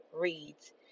reads